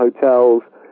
hotels